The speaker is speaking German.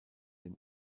dem